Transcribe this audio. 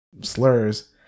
slurs